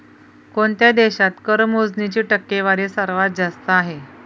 कोणत्या देशात कर मोजणीची टक्केवारी सर्वात जास्त आहे?